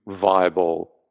viable